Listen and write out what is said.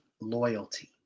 loyalty